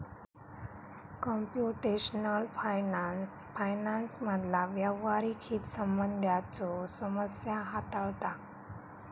computational finance फायनान्समधला व्यावहारिक हितसंबंधांच्यो समस्या हाताळता